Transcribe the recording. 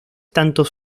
tantos